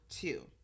two